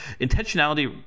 intentionality